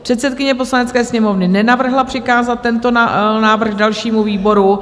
Předsedkyně Poslanecké sněmovny nenavrhla přikázat tento návrh dalšímu výboru.